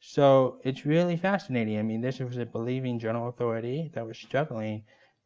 so it's really fascinating. i mean this was a believing general authority that was struggling